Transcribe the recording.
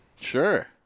Sure